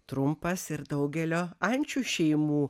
trumpas ir daugelio ančių šeimų